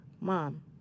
Mom